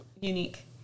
unique